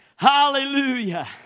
Hallelujah